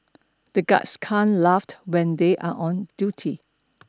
the guards can't laugh when they are on duty